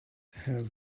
has